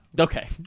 Okay